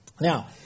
Now